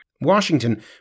Washington